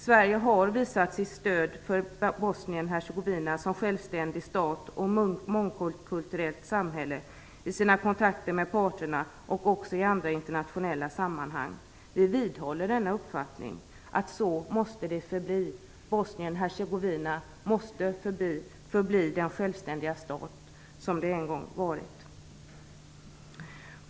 Sverige har visat sitt stöd för Bosnien-Hercegovina som självständig stat och mångkulturellt samhälle i sina kontakter med parterna och också i andra internationella sammanhang. Vi vidhåller denna uppfattning. Så måste det förbli: Bosnien Hercegovina måste förbli den självständiga stat som det en gång varit.